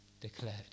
declared